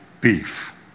beef